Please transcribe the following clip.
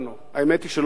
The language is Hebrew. האמת היא שלא הופתענו.